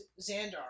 xandar